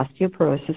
osteoporosis